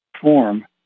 form